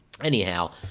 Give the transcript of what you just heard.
Anyhow